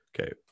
Okay